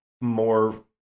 more